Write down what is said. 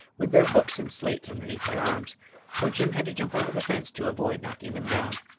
with their books and slates underneath their arms so jim had to jump over the fence to avoid knocking them down.